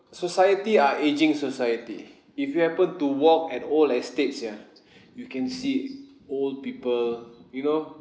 society are ageing society if you happen to walk at old estates ya you can see old people you know